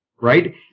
right